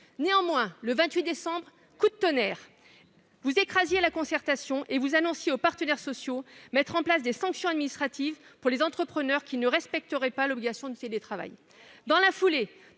Néanmoins, le 28 décembre, coup de tonnerre ! Vous écrasiez la concertation et vous annonciez aux partenaires sociaux vouloir mettre en place des sanctions administratives pour les entrepreneurs qui ne respecteraient pas l'obligation du télétravail. Dans la foulée,